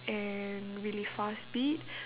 and really fast beat